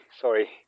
sorry